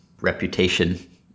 reputation